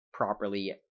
properly